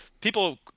people